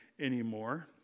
anymore